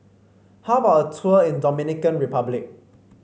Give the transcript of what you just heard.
how about a tour in Dominican Republic